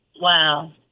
Wow